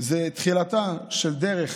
תחילתה של דרך